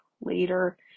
later